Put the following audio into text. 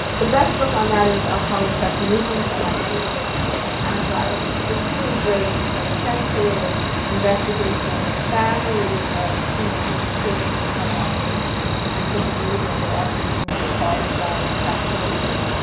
the best book on that is our colleague seth mnookin at mit, who wrote this book, the panic virus, which is a really great sensitive investigation of the families of people whose children have autism and who believe that their autism was caused by vaccinations.